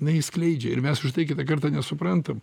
jinai jį skleidžia ir mes už tai kitą kartą nesuprantam